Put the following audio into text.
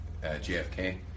JFK